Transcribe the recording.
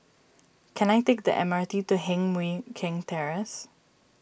can I take the M R T to Heng Mui Keng Terrace